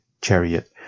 chariot